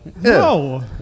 No